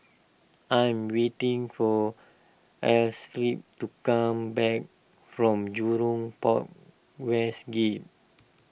I am waiting for Astrid to come back from Jurong Port West Gate